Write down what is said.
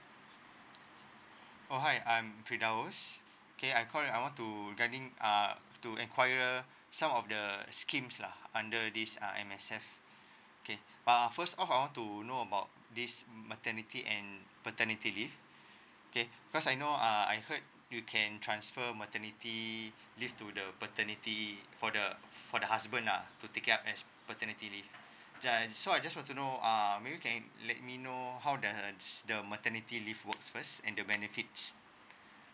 oh hi I'm firdaus okay I call I want to regarding uh to enquiry some of the scheme lah under this uh M_S_F okay but first of all to know about this maternity and paternity leave okay because I know uh I heard you can transfer maternity leave to the paternity for the for the husband lah to take it up as paternity leave just so I just want to know uh may be you can let me know how does the maternity leave works first and the benefits